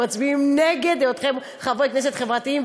מצביעים נגד היותכם חברי כנסת חברתיים,